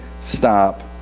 stop